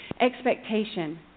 Expectation